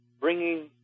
bringing